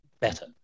better